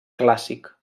clàssic